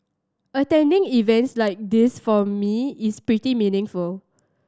attending events like this for me is pretty meaningful